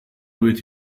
with